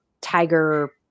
tiger